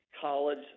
college